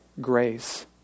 grace